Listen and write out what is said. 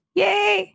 yay